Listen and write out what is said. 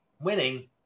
winning